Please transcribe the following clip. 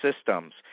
systems